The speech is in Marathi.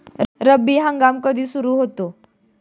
रब्बी हंगाम कधी सुरू होतो?